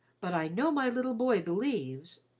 but i know my little boy believes,